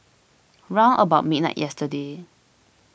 round about midnight yesterday